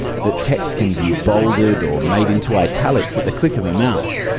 that text can be bolded or made into italics at the click of a mouse.